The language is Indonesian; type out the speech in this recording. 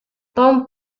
tom